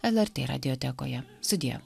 lrt radiotekoje sudie